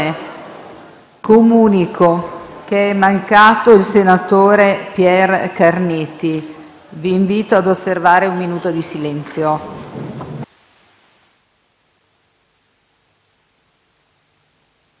Comunico che è mancato l'ex senatore Pierre Carniti. Vi invito a osservare un minuto di silenzio.